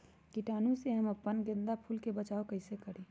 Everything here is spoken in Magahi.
कीटाणु से हम अपना गेंदा फूल के बचाओ कई से करी?